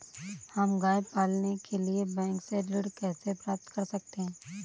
हम गाय पालने के लिए बैंक से ऋण कैसे प्राप्त कर सकते हैं?